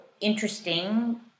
interesting